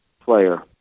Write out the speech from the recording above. player